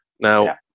Now